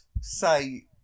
say